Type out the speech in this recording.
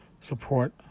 support